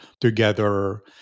together